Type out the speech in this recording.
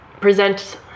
present